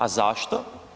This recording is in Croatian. A zašto?